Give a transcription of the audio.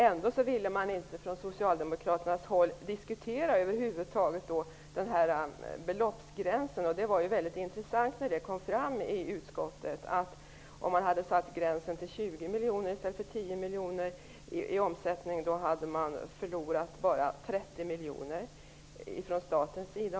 Ändå ville man inte från Socialdemokraternas håll över huvud taget diskutera beloppsgränsen. Det var väldigt intressant när det kom fram i utskottet att om man hade satt gränsen till 20 miljoner kronor i stället för 10 miljoner kronor i omsättning hade man förlorat bara 30 miljoner kronor från statens sida.